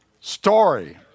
story